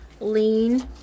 lean